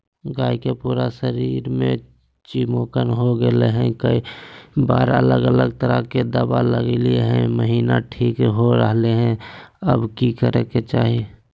गाय के पूरा शरीर में चिमोकन हो गेलै है, कई बार अलग अलग तरह के दवा ल्गैलिए है महिना ठीक हो रहले है, अब की करे के चाही?